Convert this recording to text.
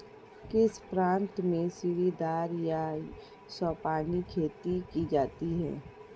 किस प्रांत में सीढ़ीदार या सोपानी खेती की जाती है?